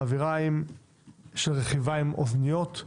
עבירת רכיבה עם אוזניות,